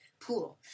pool